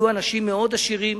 יהיו אנשים מאוד עשירים,